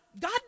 God